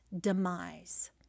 demise